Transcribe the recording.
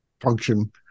function